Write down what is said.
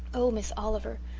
oh, miss oliver,